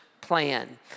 plan